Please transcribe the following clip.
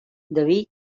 david